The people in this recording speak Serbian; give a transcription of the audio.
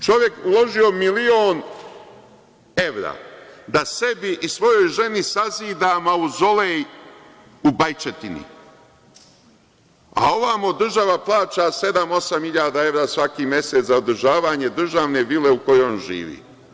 Čovek uložio milion evra da sebi i svojoj ženi sazida mauzolej u Bajčetini, a ovamo mu država plaća sedam, osam hiljada evra svaki mesec za održavanje državne vile u kojoj on živi.